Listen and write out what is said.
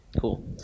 cool